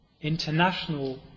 international